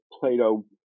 Plato